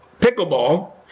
pickleball